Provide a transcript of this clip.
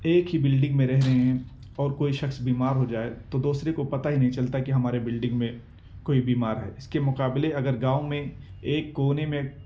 ایک ہی بلڈنگ میں رہ رہے ہیں اور کوئی شخص بیمار ہو جائے تو دوسرے کو پتہ ہی نہیں چلتا کہ ہمارے بلڈنگ میں کوئی بیمار ہے اس کے مقابلے اگر گاؤں میں ایک کونے میں